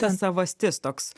ta savastis toks